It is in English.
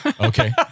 Okay